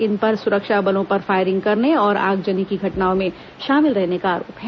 इन पर सुरक्षा बलों पर फायरिंग करने और आगजनी की घटनाओं में शामिल रहने का आरोप है